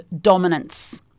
dominance